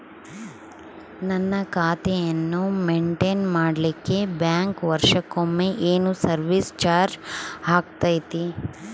ನನ್ನ ಖಾತೆಯನ್ನು ಮೆಂಟೇನ್ ಮಾಡಿಲಿಕ್ಕೆ ಬ್ಯಾಂಕ್ ವರ್ಷಕೊಮ್ಮೆ ಏನು ಸರ್ವೇಸ್ ಚಾರ್ಜು ಹಾಕತೈತಿ?